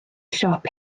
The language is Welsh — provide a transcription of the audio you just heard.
siop